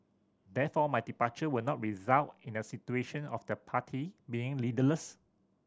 therefore my departure will not result in a situation of the party being leaderless